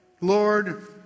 Lord